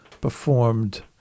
performed